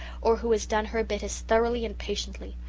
or who has done her bit as thoroughly and patiently.